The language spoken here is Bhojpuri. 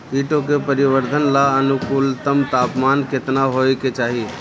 कीटो के परिवरर्धन ला अनुकूलतम तापमान केतना होए के चाही?